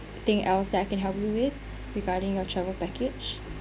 thing else I can help you with regarding your travel package